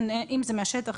אם זה משטח,